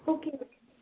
okay okay